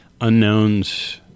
unknowns